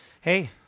hey